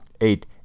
Eight